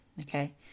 okay